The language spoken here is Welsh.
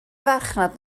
farchnad